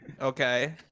Okay